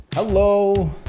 Hello